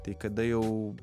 tai kada jau